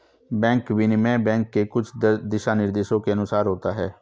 bank विनिमय bank के कुछ दिशानिर्देशों के अनुसार होता है